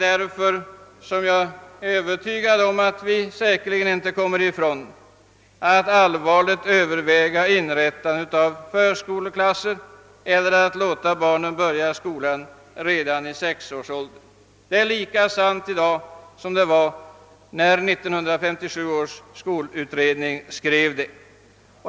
Därför är jag Öövertygad om att vi inte kan komma ifrån att allvarligt överväga inrättandet av förskoleklasser eller att låta barnen börja skolan redan i sexårsåldern. Det är lika sant i dag som det var när 1957 års skolutredning skrev det.